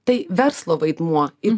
tai verslo vaidmuo ir